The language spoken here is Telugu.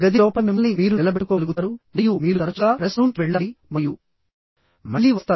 గది లోపల మిమ్మల్ని మీరు నిలబెట్టుకోగలుగుతారు మరియు మీరు తరచుగా రెస్ట్రూమ్ కి వెళ్ళాలి మరియు మళ్ళీ వస్తారు